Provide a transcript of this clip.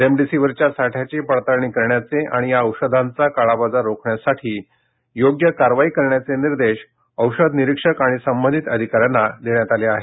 रेमडिसीवीरच्या साठ्याची पडताळणी करण्याचे आणि या औषधांचा काळाबाजार रोखण्यासाठी योग्य कारवाई करण्याचे निर्देश औषध निरीक्षक आणि संबंधित अधिकाऱ्यांना देण्यात आले आहेत